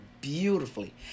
beautifully